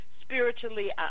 spiritually